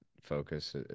focus